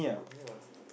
ya